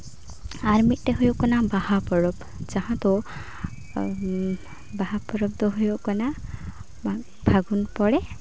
ᱟᱨ ᱢᱤᱫᱴᱮᱱ ᱦᱩᱭᱩᱜ ᱠᱟᱱᱟ ᱵᱟᱦᱟ ᱯᱚᱨᱚᱵᱽ ᱡᱟᱦᱟᱸ ᱫᱚ ᱵᱟᱦᱟ ᱯᱚᱨᱚᱵᱽ ᱫᱚ ᱦᱩᱭᱩᱜ ᱠᱟᱱᱟ ᱯᱷᱟᱹᱜᱩᱱ ᱯᱚᱨᱮ